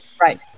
Right